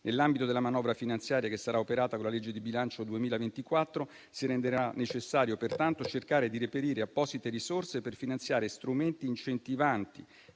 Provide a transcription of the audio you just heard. Nell'ambito della manovra finanziaria che sarà operata con la legge di bilancio 2024 si renderà necessario, pertanto, cercare di reperire apposite risorse per finanziare strumenti incentivanti